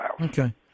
Okay